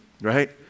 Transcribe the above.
right